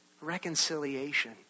Reconciliation